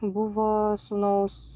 buvo sūnaus